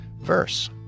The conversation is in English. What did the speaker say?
verse